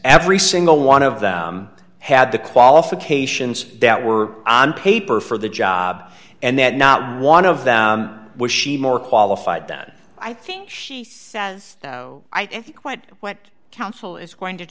every single one of them had the qualifications that were on paper for the job and that not one of them was she more qualified then i think she says i think quite went council is going to